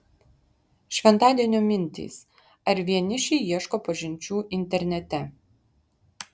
šventadienio mintys ar vienišiai ieško pažinčių internete